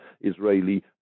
Israeli